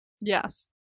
Yes